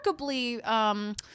remarkably